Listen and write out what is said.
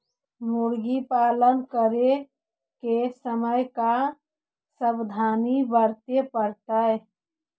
मुर्गी पालन करे के समय का सावधानी वर्तें पड़तई?